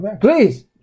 Please